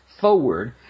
forward